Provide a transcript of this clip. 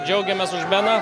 džiaugiamės už beną